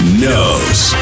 knows